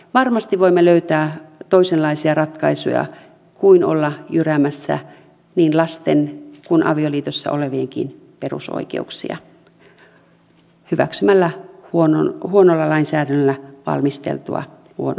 varmasti voimme löytää toisenlaisia ratkaisuja kuin olla jyräämässä niin lasten kuin avioliitossa olevienkin perusoikeuksia hyväksymällä huonolla lainsäädännöllä valmisteltua huonoa pakettia